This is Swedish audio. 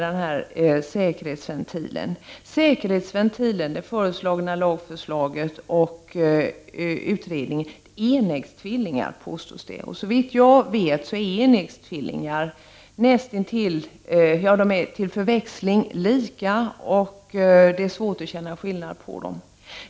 Det påstods att säkerhetsventilen, det föreslagna lagförslaget och utredningen är enäggstvillingar. Såvitt jag vet är enäggstvillingar näst intill förväxlingsbara, och det är svårt att se skillnad på dem.